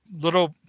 little